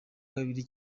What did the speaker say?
kabiri